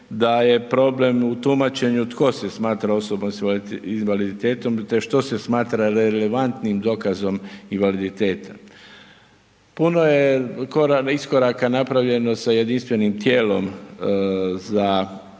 da je problem u tumačenju, tko se smatra osoba s invaliditetom, te što se smatra relevantnim dokazom invaliditeta. Puno je iskoraka napravljeno s jedinstvenim tijelom za